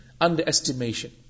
underestimation